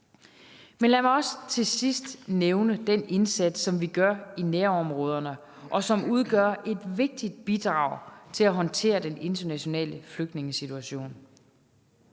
Men lad mig også til sidst nævne den indsats, som vi gør i nærområderne, og som udgør et vigtigt bidrag til at håndtere den internationale flygtningesituation,